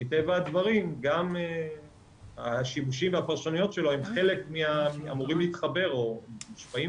ומטבע הדברים גם השימושים והפרשנויות שלו אמורים להתחבר או מושפעים